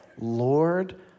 Lord